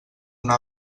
una